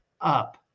up